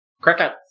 Cricket